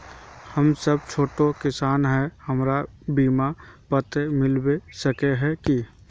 हम सब छोटो किसान है हमरा बिमा पात्र मिलबे सके है की?